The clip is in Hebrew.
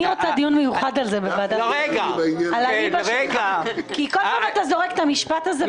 אני רוצה דיון על הליבה כי כל פעם אתה זורק את המשפט הזה.